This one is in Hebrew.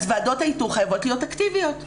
אז ועדות האיתור חייבות להיות אקטיביות.